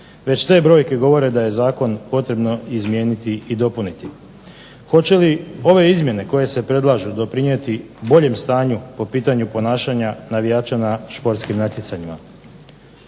Već te brojke govore da je zakon potrebno izmijeniti i dopuniti. Hoće li ove izmjene koje se predlažu doprinijeti boljem stanju po pitanju ponašanja navijača na športskim natjecanjima.